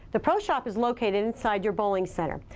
the pro shop is located inside your bowling center.